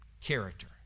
character